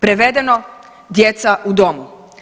Prevedeno, djeca u dom.